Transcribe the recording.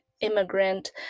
immigrant